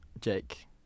Jake